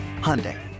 Hyundai